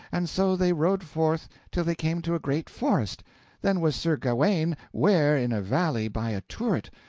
and so they rode forth till they came to a great forest then was sir gawaine ware in a valley by a turret,